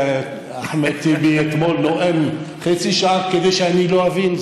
כשאחמד טיבי אתמול נואם חצי שעה כדי שאני לא אבין,